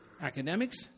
academics